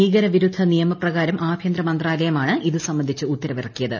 ഭീകരവിരുദ്ധ നിയമപ്രകാരം ആഭൃന്തര മന്ത്രാലയം ആണ് ഇത് സംബന്ധിച്ച ഉത്തരവിറക്കിയത്